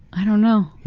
i don't know.